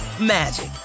magic